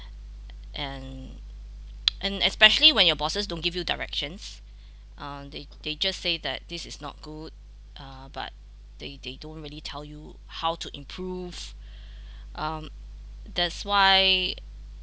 and and especially when your bosses don't give you directions um they they just say that this is not good uh but they they don't really tell you how to improve um that's why